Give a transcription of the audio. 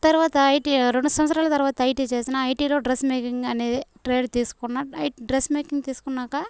తర్వాత ఐటిఐ రెండు సంవత్సరాల తర్వాత ఐటీ చేసిన ఐటీలో డ్రస్ మేకింగ్ అనేది ట్రేడ్ తీసుకున్నా డ్రస్ మేకింగ్ తీసుకున్నాక